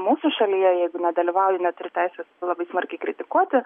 mūsų šalyje jeigu nedalyvauji neturi teisės labai smarkiai kritikuoti